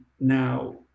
now